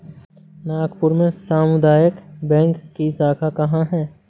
नागपुर में सामुदायिक बैंक की शाखा कहाँ है?